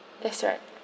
that's right